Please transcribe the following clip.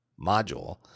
module